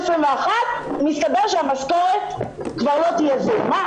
מסתבר שהמשכורת כבר לא תהיה זעומה,